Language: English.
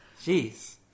jeez